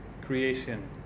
creation